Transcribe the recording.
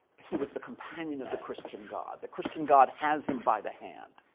he was the companion of the christian god. the christian god has him by the hand.